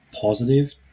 positive